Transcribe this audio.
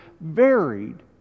varied